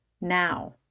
now